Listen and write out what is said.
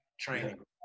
training